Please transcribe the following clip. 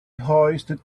hoisted